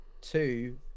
two